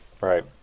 right